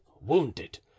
wounded